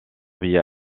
via